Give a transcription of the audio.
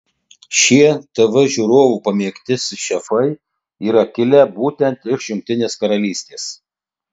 šie tv žiūrovų pamėgti šefai yra kilę būtent iš jungtinės karalystės